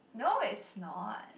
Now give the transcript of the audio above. no it's no